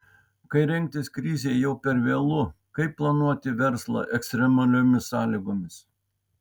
kai rengtis krizei jau per vėlu kaip planuoti verslą ekstremaliomis sąlygomis